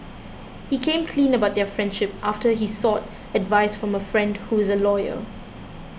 he came clean about their friendship after he sought advice from a friend who is a lawyer